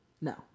No